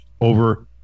over